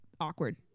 awkward